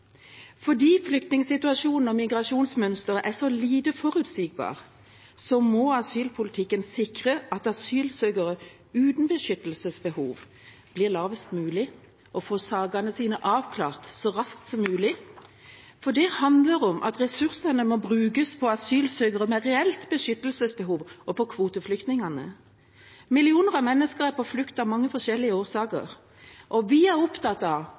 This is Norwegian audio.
Fordi flyktningsituasjonen og migrasjonsmønsteret er så lite forutsigbare, må asylpolitikken sikre at antallet asylsøkere uten beskyttelsesbehov blir lavest mulig, og at de får sakene sine avklart så raskt som mulig. Det handler om at ressursene må brukes på asylsøkere med et reelt beskyttelsesbehov og på kvoteflyktningene. Millioner av mennesker er av mange forskjellige årsaker på flukt. Vi er opptatt av